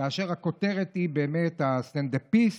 כאשר הכותרת היא באמת שהסטנדאפיסט